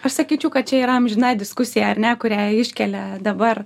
aš sakyčiau kad čia yra amžina diskusija ar ne kurią iškelia dabar